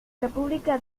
república